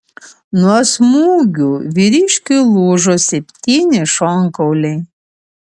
nuo smūgių vyriškiui lūžo septyni šonkauliai